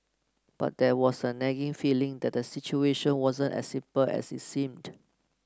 but there was a nagging feeling that the situation wasn't as simple as it seemed